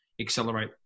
accelerate